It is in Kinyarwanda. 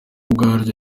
ubwaryo